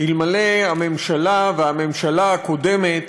אלמלא הממשלה, והממשלה הקודמת,